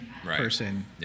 person